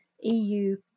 EU